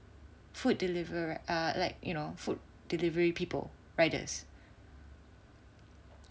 food deliverer uh like you know food delivery people riders